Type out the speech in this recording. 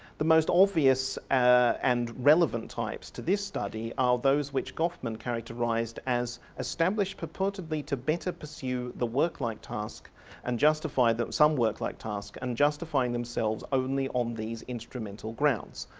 the most obvious and relevant types to this study are those which goffman characterised as established purportedly to better pursue the work-like task and justify that some work-like task and justifying themselves only on these instrumental grounds.